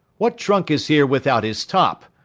what trunk is here without his top?